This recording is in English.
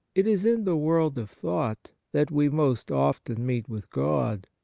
it is in the world of thought that we most often meet with god,